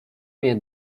mnie